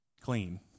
clean